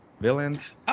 villains